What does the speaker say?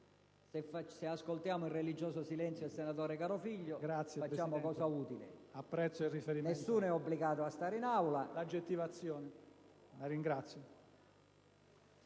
Se ascoltiamo in religioso silenzio il senatore Carofiglio, facciamo cosa utile. Nessuno è obbligato a stare in Aula.